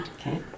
Okay